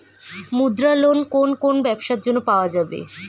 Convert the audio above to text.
মুদ্রা লোন কোন কোন ব্যবসার জন্য পাওয়া যাবে?